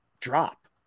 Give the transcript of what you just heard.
drop